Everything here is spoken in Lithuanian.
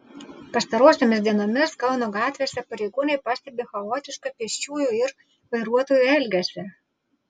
pastarosiomis dienomis kauno gatvėse pareigūnai pastebi chaotišką pėsčiųjų ir vairuotojų elgesį